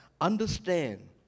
understand